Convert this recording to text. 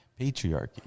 patriarchy